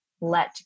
let